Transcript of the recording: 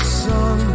sun